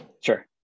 sure